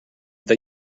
that